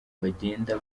bagenda